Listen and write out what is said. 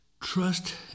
trust